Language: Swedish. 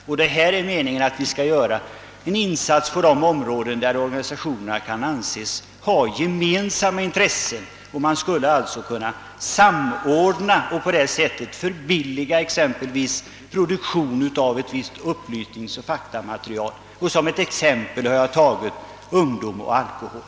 Meningen är att statens ungdomsråd skall göra en insats på de områden där organisationerna kan anses ha gemensamma intressen och alltså skulle kunna samordna och på det sättet förbilliga exempelvis produktionen av ett visst upplysningsoch faktamaterial; som ett exempel har jag tagit informationsverksamheten »Ungdom och alkohol».